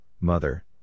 mother